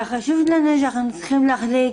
וחשוב לנו שאנחנו צריכים להחליט